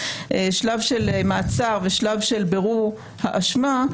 שלב של מעצר ושלב של בירור האשמה,